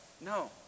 No